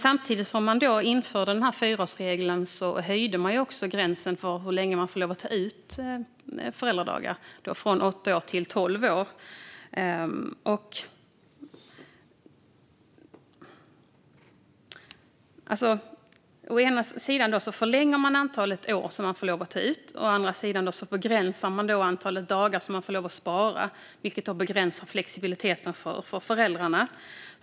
Samtidigt som regeringen införde fyraårsregeln höjde den gränsen för hur länge man får ta ut föräldradagar från åtta år till tolv år. Å ena sidan förlängs tiden som man får ta ut, å andra sidan begränsas antalet dagar som man får spara, vilket begränsar flexibiliteten för föräldrarna.